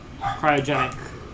cryogenic